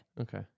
Okay